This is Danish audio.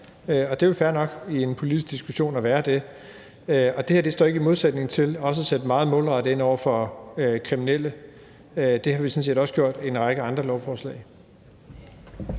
og det er jo fair nok at være det i en politisk diskussion. Og det her står ikke i modsætning til også at sætte meget målrettet ind over for kriminelle – det har vi sådan set også gjort i en række andre lovforslag.